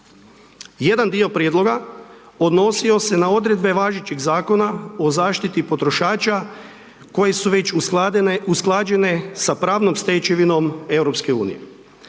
Jedan dio prijedloga odnosio se na odredbe važećeg Zakona o zaštiti potrošača koji su već usklađene sa pravnom stečevinom EU.